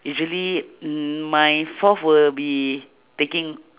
usually my fourth will be taking